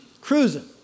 cruising